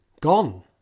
gone